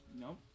No